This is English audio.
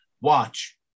watch